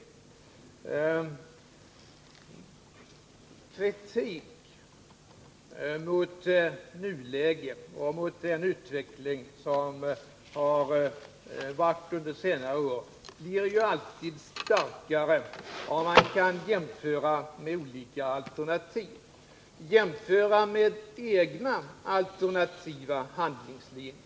Kritik mot nuläget och mot de senare årens utveckling blir alltid starkare, om man kan jämföra med olika alternativ, med egna alternativa handlingslinjer.